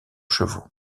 chevaux